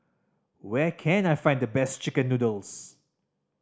where can I find the best chicken noodles